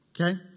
okay